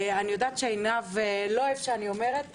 אני יודעת שעינב לא אוהב שאני אומרת,